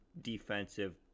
defensive